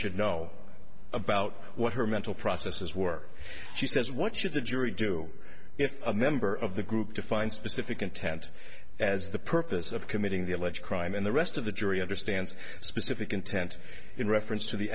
should know about what her mental processes were she says what should the jury do if a member of the group to find specific content as the purpose of committing the alleged crime in the rest of the jury understands specific intent in reference to the